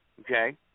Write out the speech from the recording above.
Okay